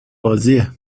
بازیه